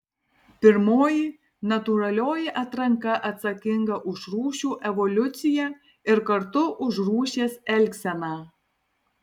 pirmoji natūralioji atranka atsakinga už rūšių evoliuciją ir kartu už rūšies elgseną